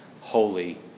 holy